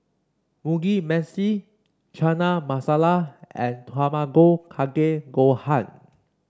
Mugi Meshi Chana Masala and Tamago Kake Gohan